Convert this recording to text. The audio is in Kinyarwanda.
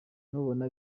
nubona